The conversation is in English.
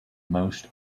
most